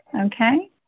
Okay